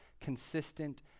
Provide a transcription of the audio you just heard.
consistent